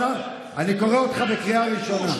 אני קורא אותך לסדר בקריאה ראשונה.